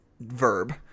verb